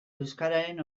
euskararen